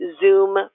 Zoom